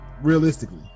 realistically